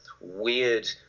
weird